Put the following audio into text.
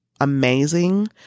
amazing